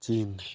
chin